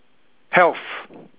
health